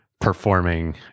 performing